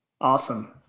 Awesome